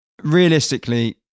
Realistically